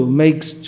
makes